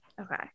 Okay